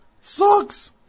Sucks